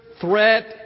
threat